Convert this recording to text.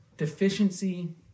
deficiency